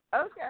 Okay